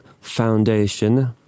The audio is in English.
foundation